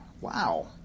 Wow